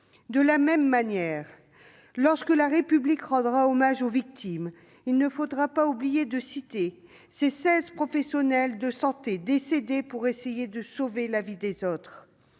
De même, lorsque la République rendra hommage aux victimes, il ne faudra pas oublier de citer les seize professionnels de santé décédés en essayant de sauver la vie des autres.